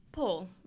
Paul